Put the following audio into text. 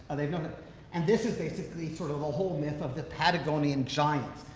and this is basically sort of a whole myth of the patagonian giants,